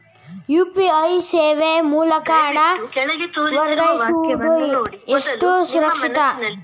UPI ಸೇವೆ ಮೂಲಕ ಹಣ ವರ್ಗಾಯಿಸುವುದು ಎಷ್ಟು ಸುರಕ್ಷಿತ?